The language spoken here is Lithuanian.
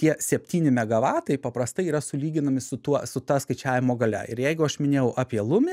tie septyni megavatai paprastai yra sulyginami su tuo su ta skaičiavimo galia ir jeigu aš minėjau apie lumį